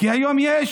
כי היום יש